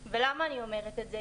ולמה אני אומרת את זה?